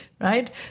right